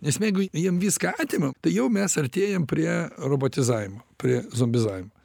nes jeigu jiem viską atima tai jau mes artėjam prie robotizavimo prie zombizavimo